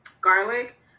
garlic